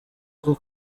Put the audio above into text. bwo